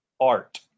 art